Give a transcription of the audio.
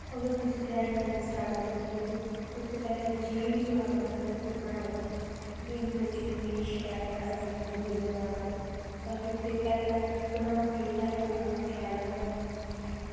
अगर तुस ड्राईंग करना स्टार्ट करना चांह्दे तुसें पैह्ले जो बी तुसें बनदा बनाई ओड़ो एह् नि सोचेओ कि मेरी शैल बना दी जां बुरी बना दी अगर पैह्ले तुस बनागे तां गै शैल बननी